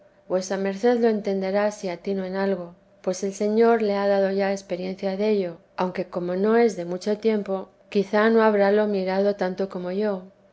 digo vuesa merced lo entenderá si atino en algo pues el señor le haya dado experiencia dello aunque como no es de mucho tiempo quizá no habrá mirádolo tanto como yo